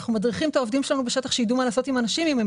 אנחנו מדריכים את העובדים שלנו בשטחי שידעו מה לעשות עם האנשים אם הם